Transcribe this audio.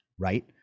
Right